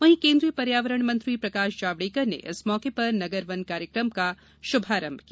वहीं कोन्द्रीय पर्यावरण मंत्री प्रकाश जावड़ेकर ने इस मौके पर नगर वन कार्यक्रम का शुभारंभ किया